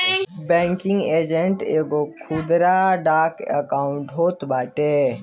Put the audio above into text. banking agent एगो खुदरा डाक आउटलेट होत बाटे